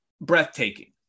breathtaking